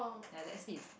ya the s_p is